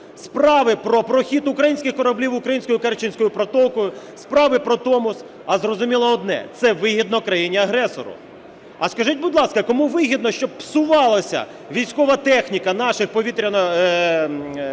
справи про прохід українських кораблів українською Керченською протокою, справи про Томос. А зрозуміло одне – це вигідно країні-агресору. А скажіть, будь ласка, кому вигідно, щоб псувалася військова техніка наших сил повітряної оборони,